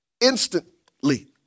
instantly